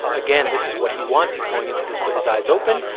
again, this is what he wants. he's going into this with his eyes open,